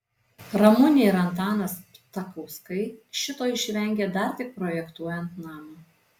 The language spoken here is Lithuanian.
ramunė ir antanas ptakauskai šito išvengė dar tik projektuojant namą